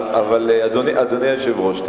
אדוני היושב-ראש,